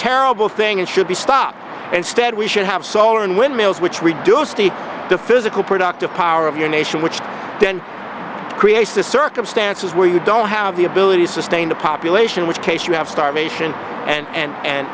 terrible thing and should be stopped instead we should have solar and wind mills which reduced the physical productive power of your nation which then creates the circumstances where you don't have the ability to sustain a population which case you have starvation and and and